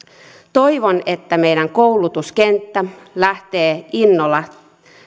toivon että meidän koulutuskenttämme lähtee innolla